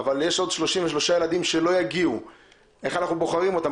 אבל יש עוד 33 ילדים שלא יגיעו - איך בוחרים אותם?